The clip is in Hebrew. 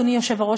אדוני היושב-ראש,